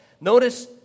Notice